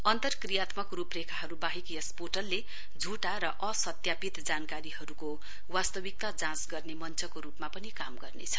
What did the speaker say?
अन्तर्कियात्मक रूपरेखाहरू वाहेक यस पोर्टलले झुटा र असत्यापित जानकारीहरूको वास्तविकता जाँच गर्ने मञ्चको रूपमा पनि काम गर्नेछ